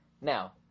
Now